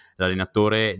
l'allenatore